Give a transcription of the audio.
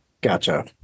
Gotcha